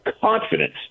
confidence